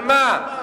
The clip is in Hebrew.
על מה?